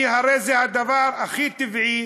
כי הרי זה הדבר הכי טבעי,